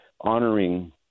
honoring